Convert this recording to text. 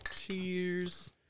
Cheers